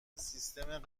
سیستم